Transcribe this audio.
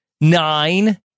nine